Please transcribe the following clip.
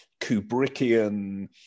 Kubrickian